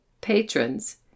Patrons